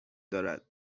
دارد